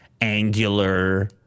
Angular